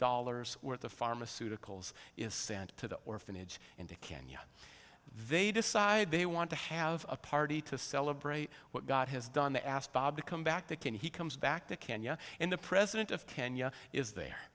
dollars worth of pharmaceuticals is sent to the orphanage into kenya they decide they want to have a party to celebrate what god has done the asked bob to come back they can he comes back to kenya and the president of kenya is there